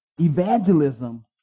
Evangelism